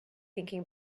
thinking